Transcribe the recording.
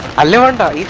ah learned ah